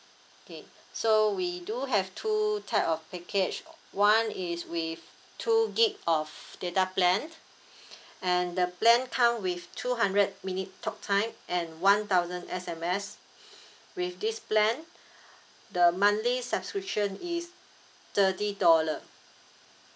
okay so we do have two type of package one is with two gig of data plan and the plan come with two hundred minute talk time and one thousand S_M_S with this plan the monthly subscription is thirty dollar